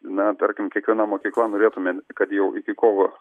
na tarkim kiekviena mokykla norėtumėm kad jau iki kovo